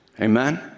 amen